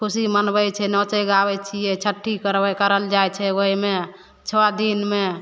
खुशी मनबै छियै नँचै गाबै छियै छट्ठी करबै करल जाइ छै ओहिमे छओ दिनमे